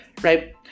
right